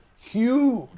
huge